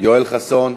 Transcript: יואל חסון,